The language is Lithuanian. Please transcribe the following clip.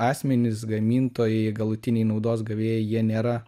asmenys gamintojai galutiniai naudos gavėjai jie nėra